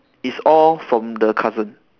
it's all from the cousin